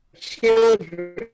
children